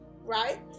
right